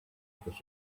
because